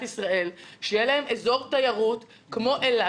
ישראל שיהיה להם אזור תיירות כמו אילת,